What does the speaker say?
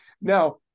Now